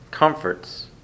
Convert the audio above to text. Comforts